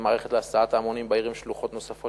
המערכת להסעת המונים בעיר עם שלוחות נוספות,